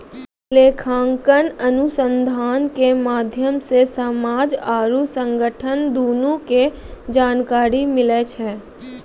लेखांकन अनुसन्धान के माध्यम से समाज आरु संगठन दुनू के जानकारी मिलै छै